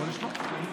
בוא נשמע.